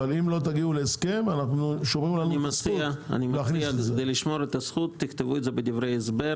אבל אם לא תגיעו להסכם- -- כדי לשמור את הזכות תכתבו את זה בדברי ההסבר